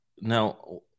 Now